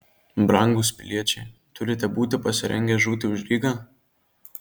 brangūs piliečiai turite būti pasirengę žūti už rygą